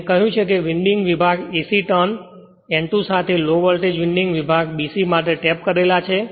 મેં કહ્યું કે વિન્ડિંગ વિભાગ AC ટર્ન N2 સાથે લો વૉલ્ટેજ વિન્ડિંગ વિભાગ BC માટે ટેપેડ કરેલા છે